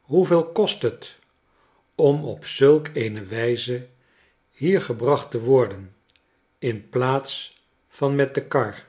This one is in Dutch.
hoeveel kost het om op zulk eene wijze hier gebracht te worden in plaats van met de kar